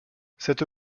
cette